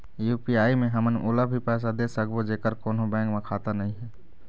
UPI मे हमन ओला भी पैसा दे सकबो जेकर कोन्हो बैंक म खाता नई हे?